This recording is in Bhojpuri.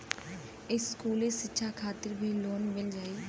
इस्कुली शिक्षा खातिर भी लोन मिल जाई?